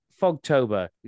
Fogtober